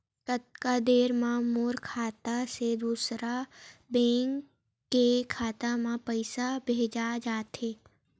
कतका देर मा मोर खाता से दूसरा बैंक के खाता मा पईसा भेजा जाथे?